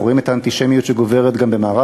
אנחנו רואים את האנטישמיות שגוברת גם במערב-אירופה,